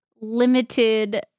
limited